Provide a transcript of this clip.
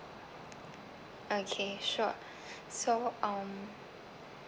okay sure so um